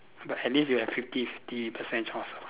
but at least you have fifty fifty percent chance ah